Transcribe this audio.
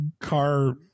car